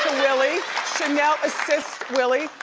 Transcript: willie. chanel assists willie.